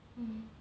mm